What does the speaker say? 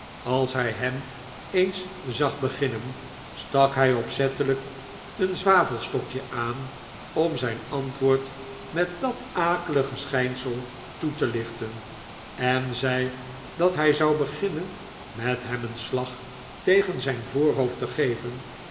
als hij hem eens zag beginnen stak hij opzettelijk een zwavelstokje aan om zijn antwoord met dat akelige schijnsel toe te lichten en zei dat hij zou beginnen met hem een slag tegen zijn voorhoofd te geven